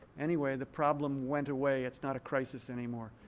anyway, the problem went away. it's not a crisis anymore.